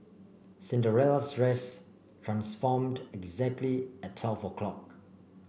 Cinderella's dress transformed exactly at twelve o' clock